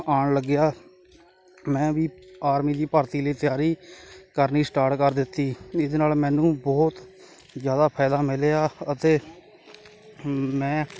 ਆਉਣ ਲੱਗਿਆ ਮੈਂ ਵੀ ਆਰਮੀ ਦੀ ਭਰਤੀ ਲਈ ਤਿਆਰੀ ਕਰਨੀ ਸਟਾਰਟ ਕਰ ਦਿੱਤੀ ਇਹਦੇ ਨਾਲ ਮੈਨੂੰ ਬਹੁਤ ਜ਼ਿਆਦਾ ਫਾਇਦਾ ਮਿਲਿਆ ਅਤੇ ਮੈਂ